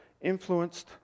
influenced